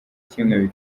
kimwe